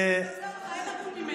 אין הגון ממנו.